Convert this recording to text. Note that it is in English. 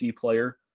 player